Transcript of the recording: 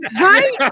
Right